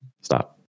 Stop